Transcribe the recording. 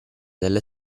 delle